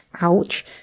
ouch